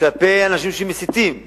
כלפי אנשים שמסיתים כנגדה,